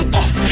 off